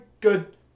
good